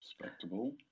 Respectable